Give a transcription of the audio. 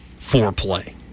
foreplay